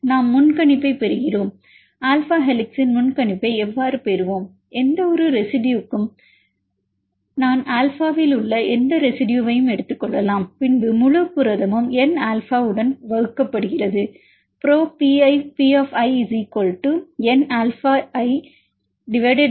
நாம் முன்கணிப்பைப் பெறுகிறோம் ஆல்பா ஹெலிக்ஸின் முன்கணிப்பை எவ்வாறு பெறுவோம் எந்தவொரு ரெசிடுயு கும் நான் ஆல்பாவில் உள்ள எந்த ரெசிடுயுவும் எடுத்துக்கொள்ளலாம் பின்பு முழு புரதமும் n ஆல்ஃபாவுடன் n ஆல் வகுக்கப்படுகிறது Pro p nalphanNalphaN